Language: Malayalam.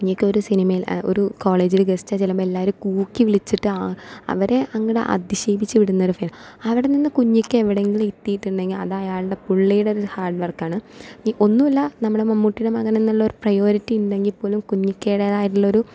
കുഞ്ഞിക്കൊരു സിനിമേൽ ഒരു കോളേജില് ഗസ്റ്റായി ചെല്ലുമ്പം എല്ലാവരും കൂക്കി വിളിച്ചിട്ട് അവരെ അങ്ങട് അധിക്ഷേപിച്ച് വിടുന്നൊരു അവിടെനിന്ന് കുഞ്ഞിക്ക എവിടേങ്കിലും എത്തിയിട്ടുണ്ടെങ്കിലും അതയാളുടെ പുള്ളിയുടെ ഒരു ഹാർഡ്വർക്കാണ് ഒന്നുമില്ല നമ്മുടെ മമ്മൂട്ടീയുടെ മകനെന്നുള്ളൊരു പ്രയോരിറ്റിണ്ടെങ്കിപ്പോലും കുഞ്ഞിക്കേടേതായിട്ടുള്ളൊരു